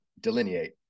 delineate